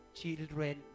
children